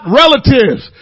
relatives